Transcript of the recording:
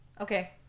okay